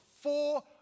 four